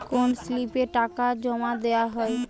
কোন স্লিপে টাকা জমাদেওয়া হয়?